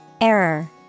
Error